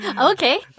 Okay